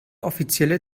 offizielle